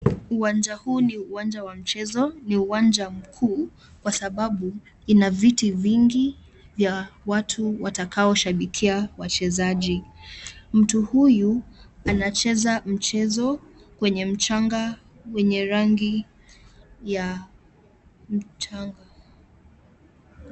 Uwajani huu ni uwanja wa mchezo. Ni uwanja mkuu, kwa sababu ina viti vingi vya watu watakao shabikia wachezaji. Mtu huyu anacheza mchezo kwenye mchanga wenye rangi ya mchanga.